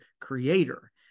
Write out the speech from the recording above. creator